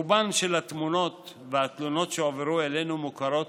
רוב התמונות והתלונות שהועברו אלינו מוכרות